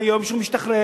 ביום שהוא משתחרר,